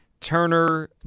Turner